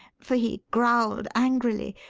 for he growled angrily,